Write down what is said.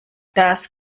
das